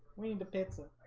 we need to pizza